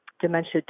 dementia